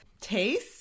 taste